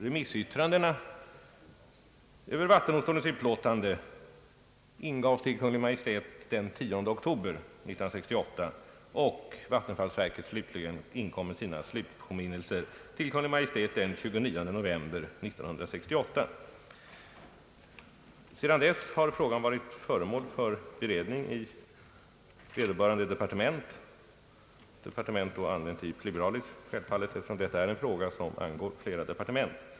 Remissyttrandena över vattendomstolens utlåtande ingavs till Kungl. Maj:t den 10 oktober 1968, och vattenfallsverket inkom med sina slutpåminnelser till Kungl. Maj:t den 29 november 1968. Sedan dess har frågan varit föremål för beredning i vederbörande departement — departement då självfallet använt i pluralis, eftersom detta är en fråga som angår flera departement.